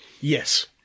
yes